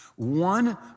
one